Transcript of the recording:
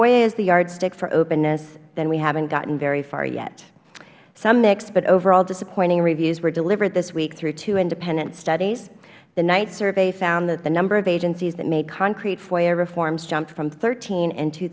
foia is the yardstick for openness then we haven't gotten very far yet some mixed but overall disappointing reviews were delivered this week through independent studies the knight survey found that the number of agencies that make concrete foia reforms jumped form thirteen in two